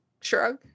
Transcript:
shrug